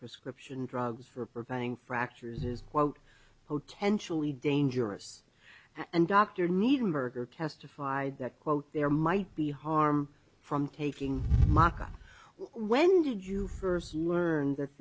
prescription drugs for preventing fractures is quote potentially dangerous and dr needham berger testified that quote there might be harm from taking maka when did you first learn that